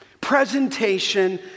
presentation